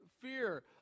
fear